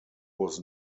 was